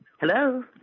Hello